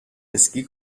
اسکی